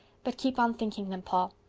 but keep on thinking them, paul.